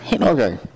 Okay